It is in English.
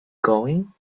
going